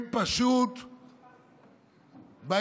הם פשוט באים,